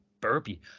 burpee